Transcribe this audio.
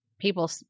people